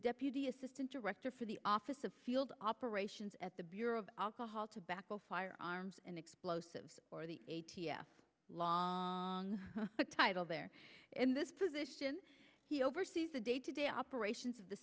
deputy assistant director for the office of field operations at the bureau of alcohol tobacco firearms and explosives or the a t f long title there in this position he oversees the day to day operations of the